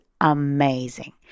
amazing